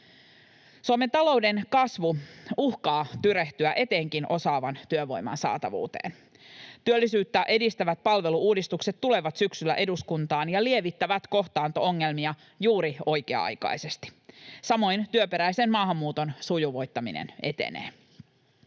Suomen talouden kasvu uhkaa tyrehtyä etenkin osaavan työvoiman saatavuuteen. Työllisyyttä edistävät palvelu-uudistukset tulevat syksyllä eduskuntaan ja lievittävät kohtaanto-ongelmia juuri oikea-aikaisesti. Samoin työperäisen maahanmuuton sujuvoittaminen etenee.